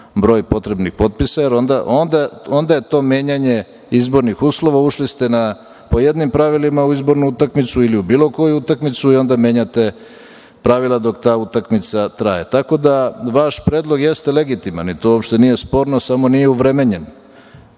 broj potrebnih potpisa, jer onda je to menjanje izbornih uslova. Ušli ste po jednim pravilima u izbornu utakmicu ili u bilo koju utakmicu i onda menjate pravila dok ta utakmica traje. Vaš predlog jeste legitiman, to uopšte nije sporno, samo nije uvremenjeno